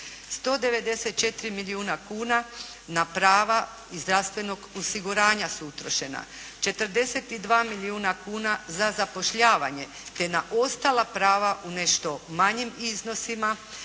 194 milijuna kuna na prava iz zdravstvenog osiguranja su utrošena. 42 milijuna kuna za zapošljavanje te na ostala prava u nešto manjim iznosima